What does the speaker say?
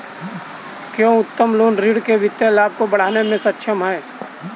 क्या उत्तोलन ऋण वित्तीय लाभ को बढ़ाने में सक्षम है?